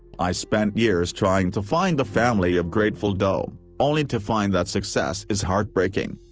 i spent years trying to find the family of grateful doe, only to find that success is heartbreaking.